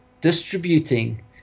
distributing